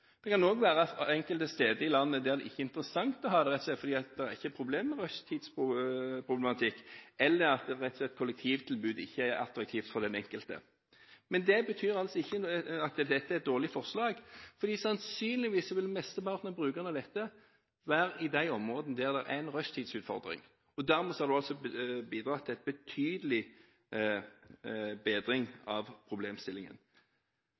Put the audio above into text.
Det kan også være enkelte steder i landet der det ikke er interessant å ha det, rett og slett fordi det ikke er noen rushtidsproblematikk der, eller at kollektivtilbudet ikke er attraktivt for den enkelte. Men det betyr ikke at dette er et dårlig forslag, for sannsynligvis vil flesteparten av brukerne av dette være i de områdene der det er en rushtidsutfordring. Dermed har man altså bidratt til en betydelig bedring av problemstillingen.